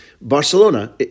Barcelona